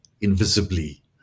invisibly